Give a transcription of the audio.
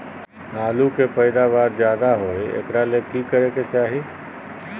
आलु के पैदावार ज्यादा होय एकरा ले की करे के चाही?